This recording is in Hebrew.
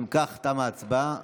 אם כך, תמה ההצבעה.